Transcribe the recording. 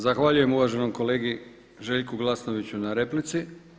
Zahvaljujem uvaženom kolegi Željku Glasnoviću na replici.